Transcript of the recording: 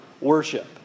worship